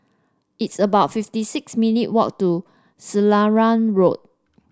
it's about fifty six minute walk to Selarang Road